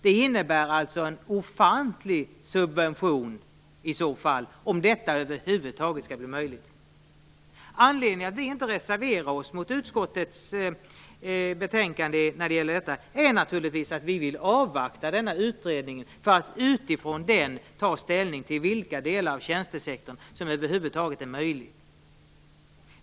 Det innebär alltså en ofantlig subvention om det över huvud taget skall bli möjligt. Anledningen till att vi inte reserverar oss mot utskottets hemställan när det gäller denna fråga är naturligtvis att vi vill avvakta denna utredning och utifrån den ta ställning till vilka delar av tjänstesektorn som över huvud taget är aktuella.